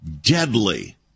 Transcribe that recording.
deadly